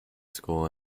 school